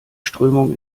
strömung